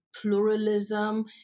pluralism